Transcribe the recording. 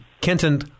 Kenton